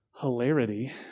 hilarity